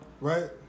Right